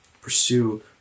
Pursue